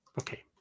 Okay